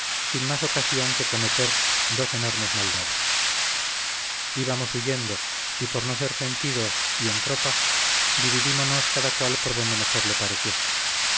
sin más ocasión que cometer dos enormes maldades ibamos huyendo y por no ser sentidos y en tropa dividímonos cada cual por donde mejor le pareció